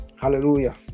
hallelujah